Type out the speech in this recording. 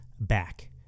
back